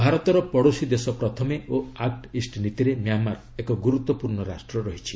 ଭାରତର 'ପଡ଼ୋଶୀ ଦେଶ ପ୍ରଥମେ' ଓ 'ଆକ୍କ ଇଷ୍ଟ' ନୀତିରେ ମ୍ୟାମାର ଏକ ଗୁରୁତ୍ୱପୂର୍ଣ୍ଣ ରାଷ୍ଟ୍ର ରହିଛି